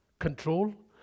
Control